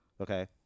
Okay